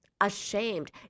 ashamed